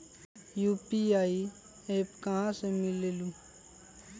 UPI app कहा से मिलेलु?